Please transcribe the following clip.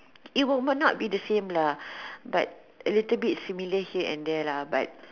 it will might not be the same lah but a little similar here and there lah but